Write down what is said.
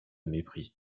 mépris